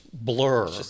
blur